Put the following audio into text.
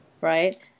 right